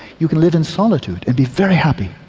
you can live in solitude and be very happy,